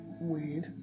weed